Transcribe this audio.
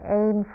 aim